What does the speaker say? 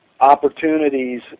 opportunities